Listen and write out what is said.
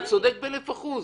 אתה צודק במאה אחוז.